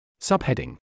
Subheading